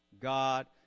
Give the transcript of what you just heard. God